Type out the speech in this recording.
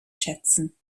schätzen